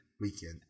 weekend